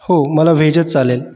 हो मला व्हेजच चालेल